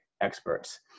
experts